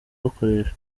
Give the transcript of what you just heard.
bakoresha